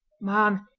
man!